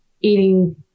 eating